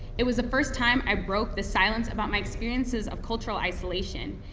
it was the first time i broke the silence about my experiences of cultural isolation.